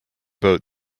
boat